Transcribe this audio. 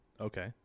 Okay